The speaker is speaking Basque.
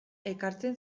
ekartzen